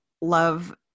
love